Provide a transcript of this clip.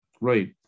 Right